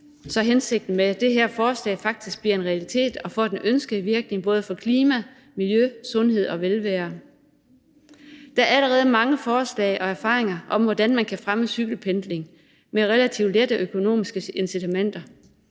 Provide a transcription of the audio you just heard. så hensigten med det her forslag faktisk bliver en realitet og får den ønskede virkning for både klima, miljø, sundhed og velvære. Der er allerede mange forslag og erfaringer om, hvordan man kan fremme cykelpendling med relativt lette økonomiske incitamenter.